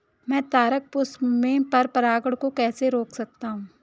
मैं तारक पुष्प में पर परागण को कैसे रोक सकता हूँ?